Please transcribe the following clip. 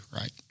right